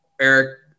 Eric